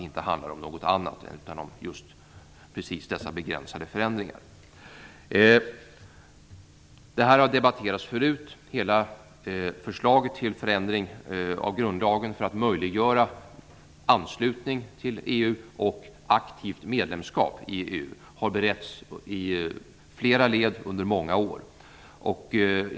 Det handlar inte om någonting annat utan just om dessa begränsade förändringar. Hela förslaget till förändring av grundlagen för att möjliggöra anslutning till EU har debatterats tidigare, och frågan om aktivt medlemskap i EU har beretts i flera led under många år.